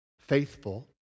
faithful